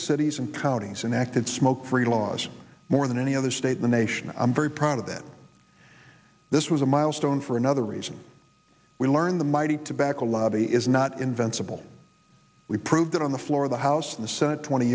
cities and counties and acted smoke free laws more than any other state in the nation i'm very proud of that this was a milestone for another reason we learned the mighty tobacco lobby is not invincible we proved it on the floor of the house in the senate twenty